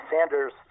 Sanders